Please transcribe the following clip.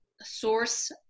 source